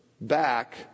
back